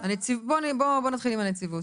בואו נתחיל עם הנציבות.